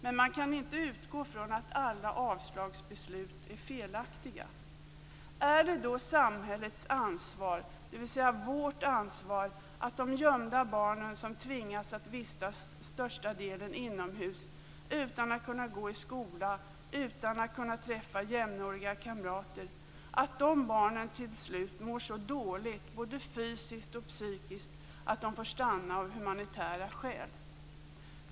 Men man kan inte utgå från att alla avslagsbeslut är felaktiga. Är det då samhällets ansvar, dvs. vårt ansvar, att de gömda barnen tvingas att vistas största delen av dygnet inomhus utan att kunna gå i skola, utan att kunna träffa jämnåriga kamrater och att de barnen till slut mår så dåligt både fysiskt och psykiskt att de får stanna av humanitära skäl?